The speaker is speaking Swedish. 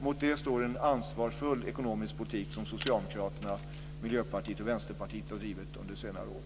Mot det står en ansvarsfull ekonomisk politik som Socialdemokraterna, Miljöpartiet och Vänsterpartiet har drivit under senare år.